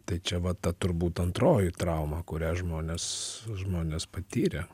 tai čia va ta turbūt antroji trauma kurią žmonės žmonės patyrė